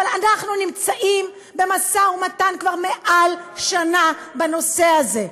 אבל אנחנו נמצאים במשא ומתן כבר מעל שנה בנושא הזה,